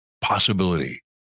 possibility